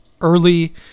early